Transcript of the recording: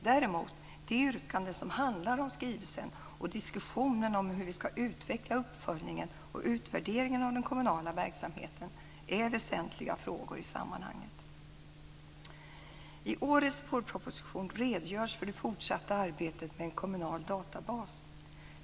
Däremot är de yrkanden som handlar om skrivelsen och diskussionen om hur vi ska utveckla uppföljningen och utvärderingen av den kommunala verksamheten väsentliga frågor i sammanhanget. I årets vårproposition redogörs för det fortsatta arbetet med en kommunal databas.